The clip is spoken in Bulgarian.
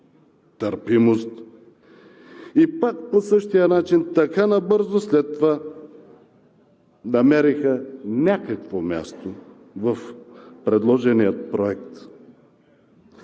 търпимост и пак по същия начин така набързо след това намериха някакво място в предложения проект.